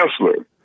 counselor